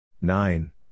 Nine